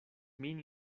min